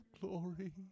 glory